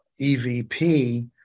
EVP